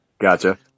Gotcha